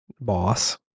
boss